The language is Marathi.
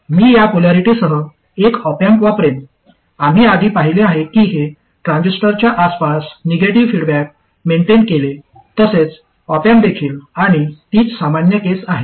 मी या पोलॅरिटीसह एक ऑप अँप वापरेन आम्ही आधी पाहिले आहे की हे ट्रान्झिस्टरच्या आसपास निगेटिव्ह फीडबॅक मेंटेन केले तसेच ऑप अँप देखील आणि तीच सामान्य केस आहे